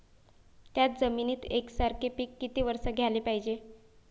थ्याच जमिनीत यकसारखे पिकं किती वरसं घ्याले पायजे?